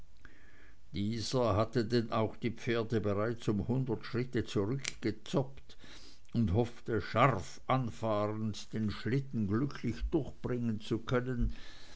dieser hatte denn auch die pferde bereits um hundert schritte zurückgezoppt und hoffte scharf anfahrend den schlitten glücklich durchbringen zu können